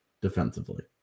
defensively